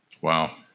wow